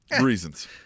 reasons